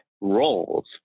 roles